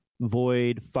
Void